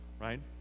right